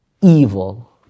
evil